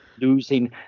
losing